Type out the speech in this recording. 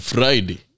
Friday